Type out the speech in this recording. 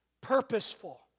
purposeful